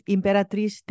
Imperatriz